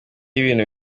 ibintu